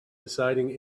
deciding